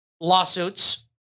Lawsuits